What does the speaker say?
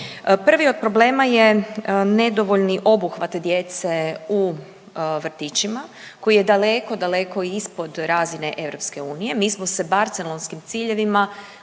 Prvi od problema je nedovoljni obuhvat djece u vrtićima koji je daleko, daleko ispod razine EU. Mi smo se Barcelonskim ciljevima